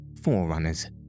forerunners